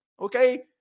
okay